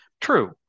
True